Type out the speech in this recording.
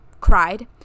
cried